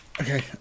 Okay